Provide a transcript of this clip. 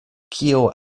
kio